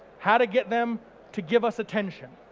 how to get them to give us attention.